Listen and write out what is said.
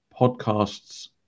podcasts